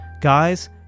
Guys